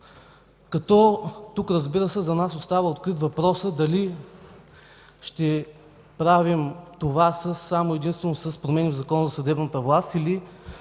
колегии. Тук за нас остава открит въпросът дали ще правим това само и единствено с промени в Закона за съдебната власт, или